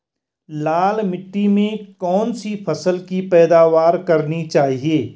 लाल मिट्टी में कौन सी फसल की पैदावार करनी चाहिए?